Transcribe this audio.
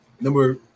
Number